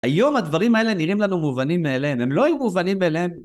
היום הדברים האלה נראים לנו מובנים מאליהם, הם לא היו מובנים מאליהם.